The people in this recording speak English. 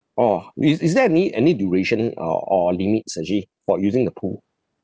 oh is is there any any duration uh or limits actually for using the pool